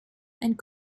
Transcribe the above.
and